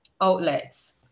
outlets